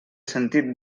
sentit